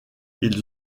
ils